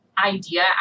idea